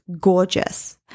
gorgeous